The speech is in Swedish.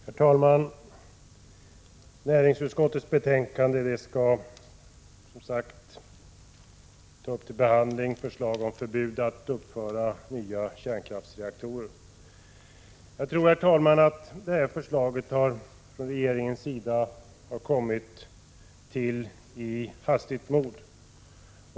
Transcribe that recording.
Herr talman! Näringsutskottets betänkande nr 13 behandlar regeringens förslag om förbud mot nya kärnkraftsreaktorer. Regeringsförslaget verkar ha tillkommit i hastigt mod.